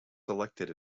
selected